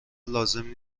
لازم